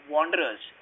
Wanderers